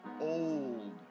old